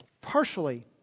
partially